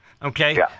Okay